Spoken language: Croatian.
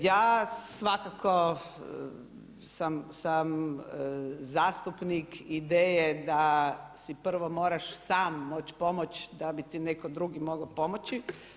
Ja svakako sam zastupnik ideje da si prvo moraš sam moć pomoć da bi ti netko drugi mogao pomoći.